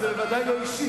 אז זה ודאי לא אישי.